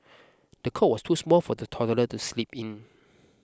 the cot was too small for the toddler to sleep in